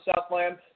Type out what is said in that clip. Southland